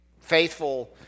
Faithful